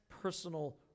personal